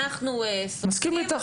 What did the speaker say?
אנחנו סומכים,